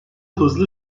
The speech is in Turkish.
hızlı